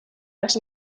las